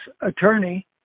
attorney